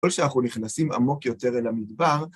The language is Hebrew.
ככל שאנחנו נכנסים עמוק יותר אל המדבר,